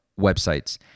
websites